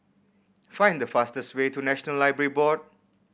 find the fastest way to National Library Board